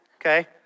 Okay